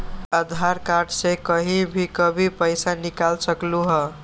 आधार card से कहीं भी कभी पईसा निकाल सकलहु ह?